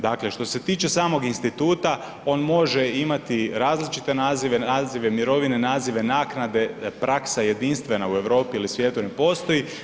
Dakle, što se tiče samog instituta on može imati različite nazive, nazive mirovine, nazive naknade, praksa jedinstvena u Europi ili svijetu ne postoji.